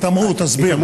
התעמרות, תסביר.